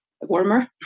warmer